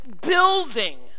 building